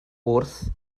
wrth